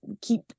keep